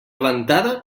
ventada